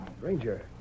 Ranger